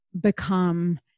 become